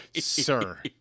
sir